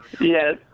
Yes